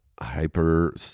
hyper